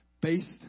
based